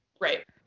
Right